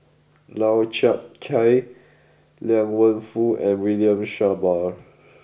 Lau Chiap Khai Liang Wenfu and William Shellabear